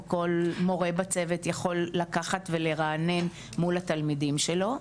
או כל מורה בצוות יכול לקחת ולרענן מול התלמידים שלו.